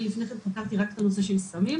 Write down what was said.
אני לפני כן חקרתי רק את הנושא של סמים.